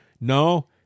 No